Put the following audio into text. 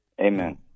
Amen